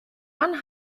one